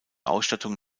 ausstattung